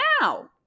now